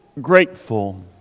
grateful